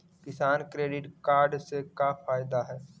किसान credit card से का फायदा है?